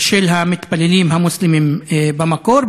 של המתפללים המוסלמים במקום.